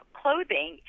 clothing